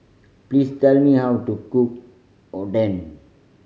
please tell me how to cook Oden